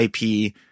IP